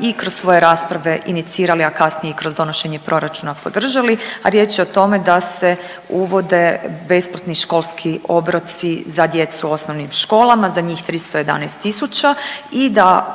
i kroz svoje rasprave inicirali, a kasnije i kroz donošenje proračuna i podržali, a riječ je o tome da se uvode besplatni školski obroci za djecu u osnovnim školama za njih 311.000 i da